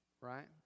right